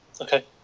Okay